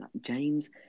James